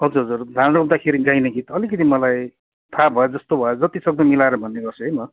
हजुर हजुर धान रोप्दाखेरि गाइने गीत अलिकति मलाई थाह भए जस्तो भए जतिसक्दो मिलाएर भन्नेगर्छु है म